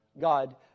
God